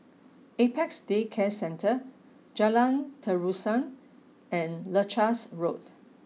Apex Day Care Centre Jalan Terusan and Leuchars Road